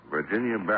Virginia